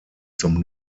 zum